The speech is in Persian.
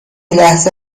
لحظه